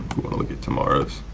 want to look at tomorrows.